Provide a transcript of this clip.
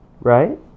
right